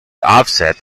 offset